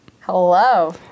Hello